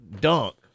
dunk